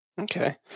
Okay